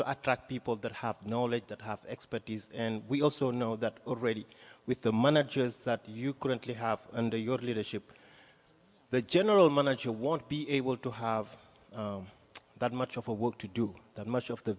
to attract people that have knowledge that have expertise and we also know that already with the monitors that you currently have under your leadership the general manager won't be able to have that much of a work to do that much of the